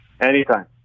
Anytime